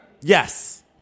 Yes